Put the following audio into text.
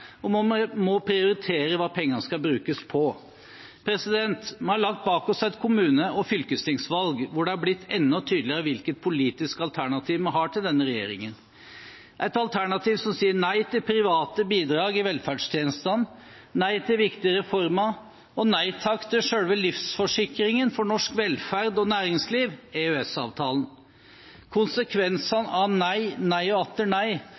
vi må prioritere hva pengene skal brukes på. Vi har lagt bak oss et kommune- og fylkestingsvalg hvor det har blitt enda tydeligere hvilket politisk alternativ vi har til denne regjeringen. Det er et alternativ som sier nei til private bidrag i velferdstjenestene, nei til viktige reformer og nei takk til selve livsforsikringen for norsk velferd og næringsliv, EØS-avtalen. Konsekvensen av nei, nei og atter nei